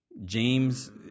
James